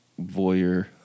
voyeur